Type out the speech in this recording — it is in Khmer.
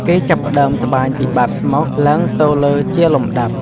គេចាប់ផ្តើម ត្បាញពីបាតស្មុក ឡើងទៅលើជាលំដាប់។